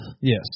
Yes